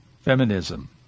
feminism